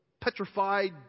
petrified